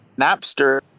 Napster